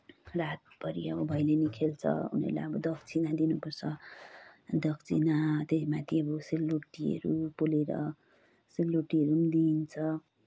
रातभरि अब भैलिनी खेल्छ उनीहरूलाई अब दक्षिणा दिनुपर्छ दक्षिणा त्यहीमाथि अब सेलरोटीहरू पोलेर सेलरोटीहरू पनि दिइन्छ